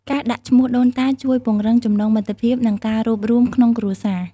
ការដាក់ឈ្មោះដូនតាជួយពង្រឹងចំណងមិត្តភាព និងការរួបរួមក្នុងគ្រួសារ។